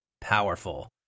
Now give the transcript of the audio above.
powerful